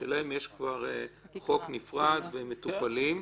שלהם יש כבר חוק נפרד והם מטופלים.